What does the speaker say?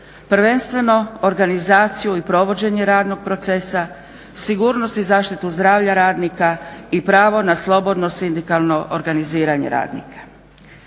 Prvenstveno organizaciju i provođenje radnog procesa, sigurnost i zaštitu zdravlja radnika i pravo na slobodno sindikalno organiziranje radnika.